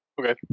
Okay